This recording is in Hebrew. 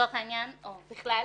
לצורך העניין או בכלל,